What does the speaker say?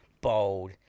bold